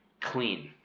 clean